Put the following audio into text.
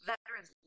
Veterans